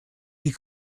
die